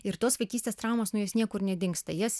ir tos vaikystės traumos nu jos niekur nedingsta jas